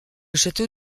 château